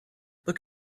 look